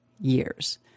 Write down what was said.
years